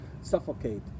suffocate